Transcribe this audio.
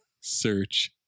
Search